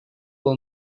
will